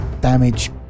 damage